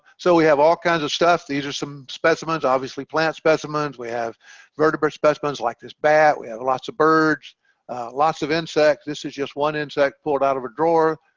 so we have all kinds of stuff these are some specimens obviously plant specimens we have vertebrate specimens like this bat we have lots of birds lots of insects. this is just one insect pulled out of a drawer,